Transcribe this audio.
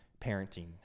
parenting